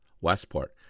Westport